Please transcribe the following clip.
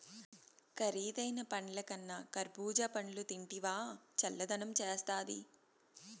కరీదైన పండ్లకన్నా కర్బూజా పండ్లు తింటివా చల్లదనం చేస్తాది